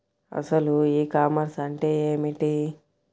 అసలు e commerce అంటే ఏమిటి?